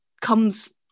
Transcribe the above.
comes